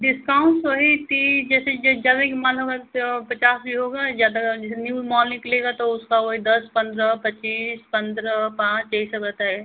discount वही तीस जैसे जैसे कि मान लो अगर तो पचास ही होगा ज़्यादा जैसे न्यू माल निकलेगा तो उसका वही दस पन्द्रह पच्चीस पन्द्रह पाँच यही सब रहता है